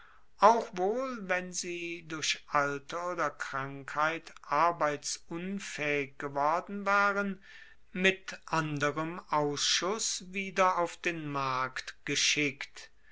auch wohl wenn sie durch alter oder krankheit arbeitsunfaehig geworden waren mit anderem ausschuss wieder auf den markt geschickt